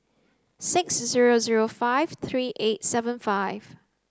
six zero zero five three eight seven five